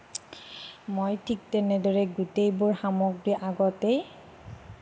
মই ঠিক তেনেদৰেই গোটেইবোৰ সামগ্ৰী আগতেই